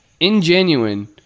ingenuine